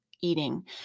eating